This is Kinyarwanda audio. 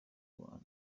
uwa